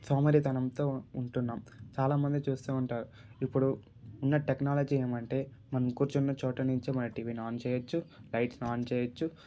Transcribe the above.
సోమరితనంతో ఉం ఉంటున్నాం చాలామంది చూస్తుంటారు ఇప్పుడు ఉన్న టెక్నాలజీ ఏమంటే మనం కూర్చున్న చోటు నుంచే మన టీవీని ఆన్ చేయచ్చు లైట్స్ ఆన్ చేయచ్చు